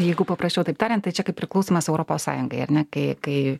jeigu paprasčiau taip tariant tai čia kaip priklausymas europos sąjungai ar ne kai kai